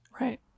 Right